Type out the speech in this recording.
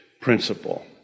principle